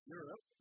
Europe